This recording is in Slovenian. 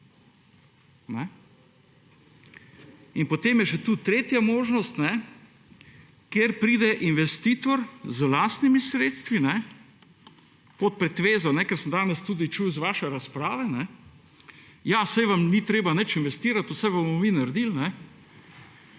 potem je še tretja možnost, kjer pride investitor z lastnimi sredstvi pod pretvezo, ker sem danes tudi čul iz vaše razprave, ja, saj vam ni treba nič investirati, vse bomo mi naredili.